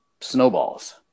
snowballs